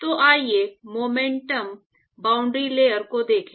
तो आइए momentum boundary layer को देखें